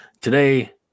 Today